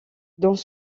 dans